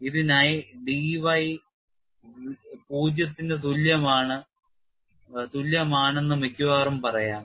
ഇതിനായി dy 0 ന് തുല്യമാണെന്ന് മിക്കവാറും പറയാം